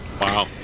Wow